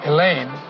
Elaine